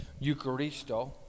Eucharisto